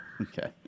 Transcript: Okay